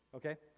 okay?